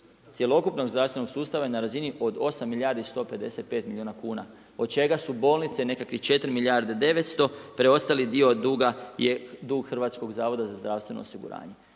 cjelokupnog zdravstvenog sustava je na razini 8 milijardi 155 milijuna kuna, od čega su bolnice nekakvih 4 milijarde 900, preostali dio duga, je dug HZZO-a. Kad se vratim